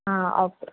ആ ഓക്കെ